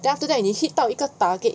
then after that 你去到一个 target